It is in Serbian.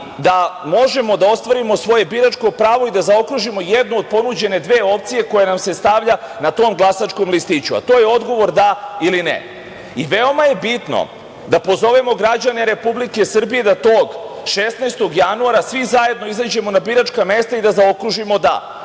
da možemo da ostvarimo svoje biračko pravo i da zaokružimo jednu od ponuđene dve opcije koja nam se stavlja na tom glasačkom listiću, a to je odgovor „da“ ili „ne“.Veoma je bitno da pozovemo građane Republike Srbije da tog 16. januara svi zajedno izađemo na biračka mesta i da zaokružimo „da“.